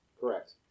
Correct